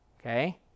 okay